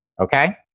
Okay